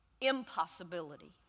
impossibility